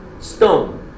Stone